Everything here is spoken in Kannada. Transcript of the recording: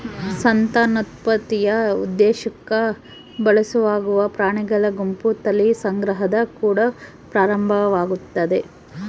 ಸಂತಾನೋತ್ಪತ್ತಿಯ ಉದ್ದೇಶುಕ್ಕ ಬಳಸಲಾಗುವ ಪ್ರಾಣಿಗಳ ಗುಂಪು ತಳಿ ಸಂಗ್ರಹದ ಕುಡ ಪ್ರಾರಂಭವಾಗ್ತತೆ